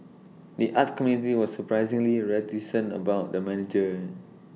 the arts community was surprisingly reticent about the merger